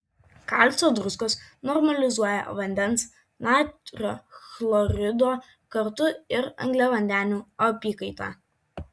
kalcio druskos normalizuoja vandens natrio chlorido kartu ir angliavandenių apykaitą